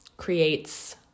creates